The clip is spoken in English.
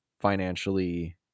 financially